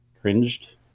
cringed